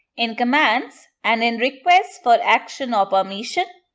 in commands and in requests for action or permission,